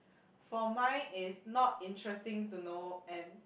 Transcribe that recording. for mine is not interesting to know and